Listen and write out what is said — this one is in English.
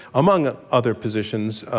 among other positions.